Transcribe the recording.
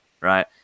right